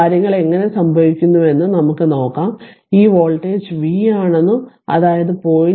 കാര്യങ്ങൾ എങ്ങനെ സംഭവിക്കുന്നുവെന്നു നമുക്ക് നോക്കാം ഈ വോൾട്ടേജ് v ആണെന്നും അതായത് 0